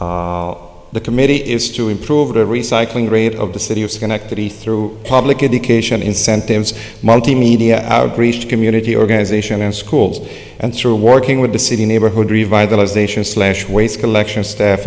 website the committee is to improve the recycling rate of the city of schenectady through public education incentives multimedia outreach to community organization and schools and through working with the city neighborhood revitalization slash waste collection staff